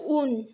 उन